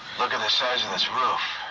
look at the size of this roof.